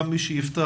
גם מי שיפתח,